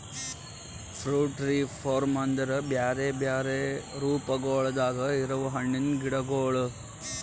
fruit tree form ಅಂದುರ್ ಬ್ಯಾರೆ ಬ್ಯಾರೆ ರೂಪಗೊಳ್ದಾಗ್ ಇರವು ಹಣ್ಣಿನ ಗಿಡಗೊಳ್